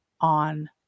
on